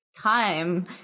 time